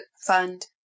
Fund